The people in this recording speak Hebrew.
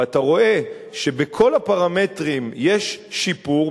ואתה רואה שבכל הפרמטרים יש שיפור,